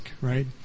right